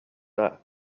that